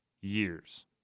years